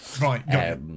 Right